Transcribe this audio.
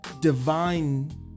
divine